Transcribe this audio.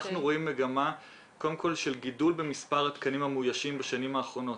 אנחנו רואים מגמה של גידול במספר התקנים המאוישים בשנים האחרונות.